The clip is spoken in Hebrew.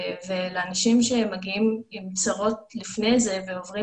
ולאנשים שמגיעים עם צרות לפני זה ועוברים